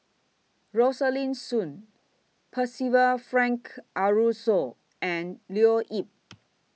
Rosaline Soon Percival Frank Aroozoo and Leo Yip